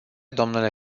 dle